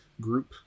group